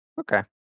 Okay